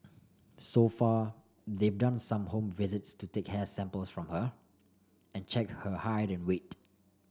so far they've done some home visits to take hair samples from her and check her height and weight